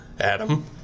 Adam